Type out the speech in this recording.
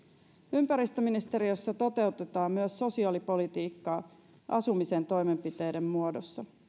ympäristöministeriössä toteutetaan myös sosiaalipolitiikkaa asumisen toimenpiteiden muodossa